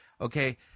okay